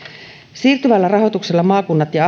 siirtyvällä rahoituksella maakunnat ja